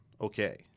okay